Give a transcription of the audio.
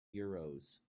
euros